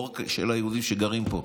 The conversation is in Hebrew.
לא רק של היהודים שגרים פה,